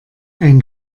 ein